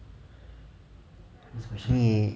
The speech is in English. err